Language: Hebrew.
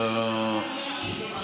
איפה הייתם?